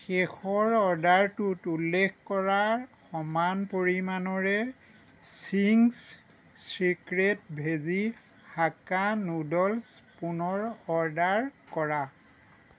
শেষৰ অৰ্ডাৰটোত উল্লেখ কৰাৰ সমান পৰিমাণৰে Ching's secret veggie Hakka noodles পুনৰ অৰ্ডাৰ কৰা